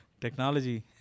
Technology